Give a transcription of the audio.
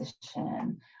position